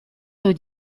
dut